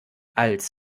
als